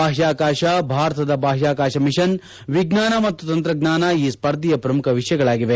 ಬಾಹ್ಕಾಕಾಶ ಭಾರತದ ಬಾಹ್ಕಾಕಾಶ ಮಿಷನ್ ವಿಜ್ಞಾನ ಮತ್ತು ತಂತ್ರಜ್ಞಾನ ಈ ಸ್ಪರ್ಧೆಯ ಪ್ರಮುಖ ವಿಷಯಗಳಾಗಿವೆ